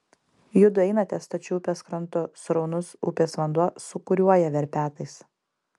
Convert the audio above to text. judu einate stačiu upės krantu sraunus upės vanduo sūkuriuoja verpetais